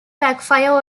backfire